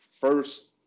first